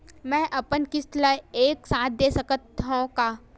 मै अपन किस्त ल एक साथ दे सकत हु का?